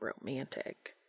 romantic